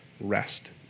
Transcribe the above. rest